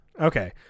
Okay